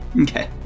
Okay